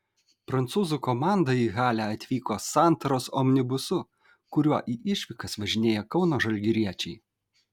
prancūzų komanda į halę atvyko santaros omnibusu kuriuo į išvykas važinėja kauno žalgiriečiai